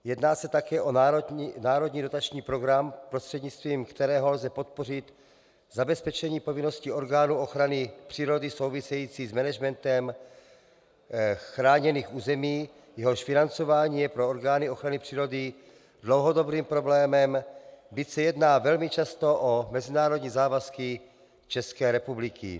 Jedná se také o národní dotační program, prostřednictvím kterého lze podpořit zabezpečení povinností orgánů ochrany přírody, související s managementem chráněných území, jehož financování je pro orgány ochrany přírody dlouhodobým problémem, byť se jedná velmi často o mezinárodní závazky České republiky.